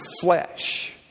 flesh